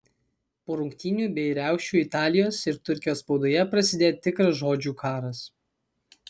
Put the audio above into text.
po rungtynių bei riaušių italijos ir turkijos spaudoje prasidėjo tikras žodžių karas